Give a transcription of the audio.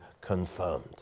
confirmed